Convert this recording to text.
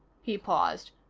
he paused.